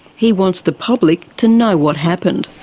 he wants the public to know what happened.